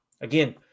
again